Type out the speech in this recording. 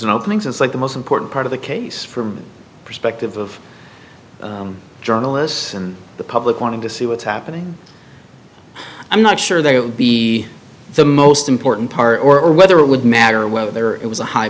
an opening sounds like the most important part of the case from the perspective of journalists and the public wanting to see what's happening i'm not sure that it would be the most important part or whether it would matter whether it was a high